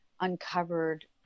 uncovered